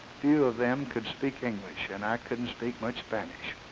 few of them could speak english, and i couldn't speak much spanish.